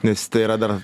nes tai yra dar